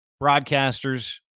broadcasters